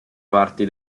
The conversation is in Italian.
parti